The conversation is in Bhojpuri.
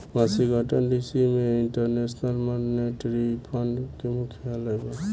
वॉशिंगटन डी.सी में इंटरनेशनल मॉनेटरी फंड के मुख्यालय बा